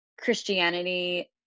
Christianity